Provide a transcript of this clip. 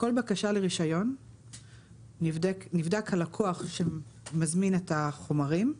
בכל בקשה לרישיון נבדק הלקוח שמזמין את החומרים,